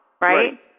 right